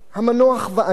השני, המנוח ואני,